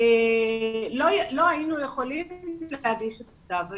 לא היינו יכולים להגיש את כתב האישום.